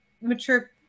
mature